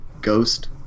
ghost